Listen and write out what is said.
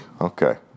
Okay